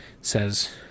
says